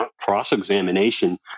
cross-examination